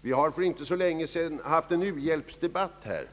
Vi har för inte länge sedan haft en u-hjälpsdebatt i riksdagen.